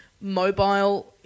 mobile